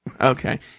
Okay